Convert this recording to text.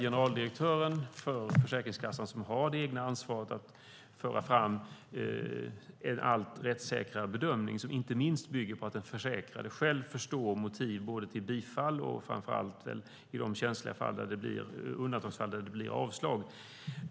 Generaldirektören för Försäkringskassan har det egna ansvaret att föra fram en allt rättssäkrare bedömning som inte minst bygger på att den försäkrade själv förstår motiv när det gäller bifall och framför allt de undantagsfall där det blir avslag.